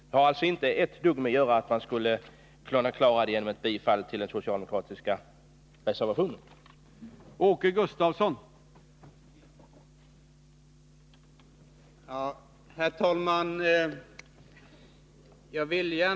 Det har alltså inte ett dugg att göra med frågan om ett bifall till den socialdemokratiska reservationen.